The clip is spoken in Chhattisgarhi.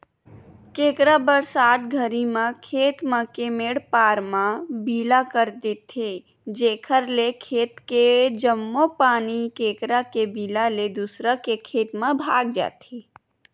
केंकरा बरसात घरी म खेत मन के मेंड पार म बिला कर देथे जेकर ले खेत के जम्मो पानी केंकरा के बिला ले दूसर के खेत म भगा जथे